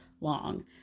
long